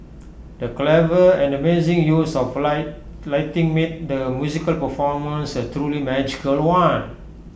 the clever and amazing use of light lighting made the musical performance A truly magical one